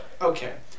Okay